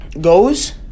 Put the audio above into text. goes